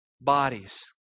bodies